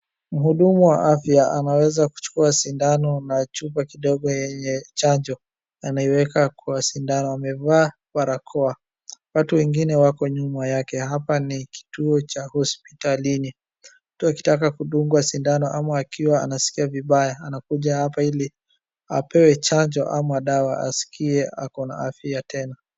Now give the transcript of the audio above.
Mhudumu wa afya anaweza kuchukua sindano na chupa kidogo yenye chanjo. Anaiweka kwa sindano, amevaa barakoa. Watu wengine wako nyuma yake. Hapa ni kituo cha hospitalini. Mtu akitaka kudungwa sindano ama akiwa anasikia vibaya anakuja hapa ili apewe chanjo ama dawa asikie akona afya tena.